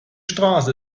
straße